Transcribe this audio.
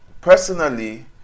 personally